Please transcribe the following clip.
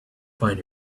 find